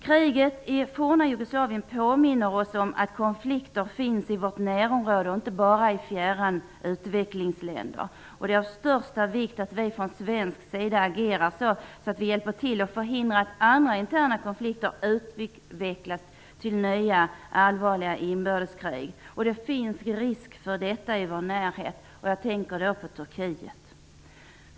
Kriget i det forna Jugoslavien påminner oss om att det finns konflikter i vårt närområde och inte bara i fjärran utvecklingsländer. Det är av största vikt att vi från svensk sida agerar så, att vi hjälper till att förhindra att andra interna konflikter utvecklas till nya allvarliga inbördeskrig. Det finns risk för detta i vår närhet. Jag tänker då på Turkiet.